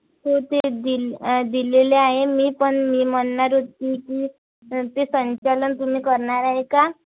हो ती दिल दिलेली आहे मी पण मी म्हणार होती की ते संचालन तुम्ही करणारे का